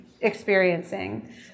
experiencing